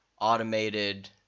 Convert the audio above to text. automated